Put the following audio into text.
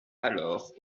alors